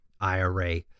IRA